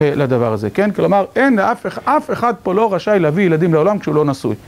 לדבר הזה, כן? כלומר אין, אף אח... אף אחד פה לא רשאי להביא ילדים לעולם כשהוא לא נשוי.